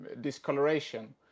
discoloration